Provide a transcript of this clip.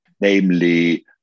namely